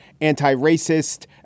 anti-racist